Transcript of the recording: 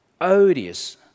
odious